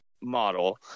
model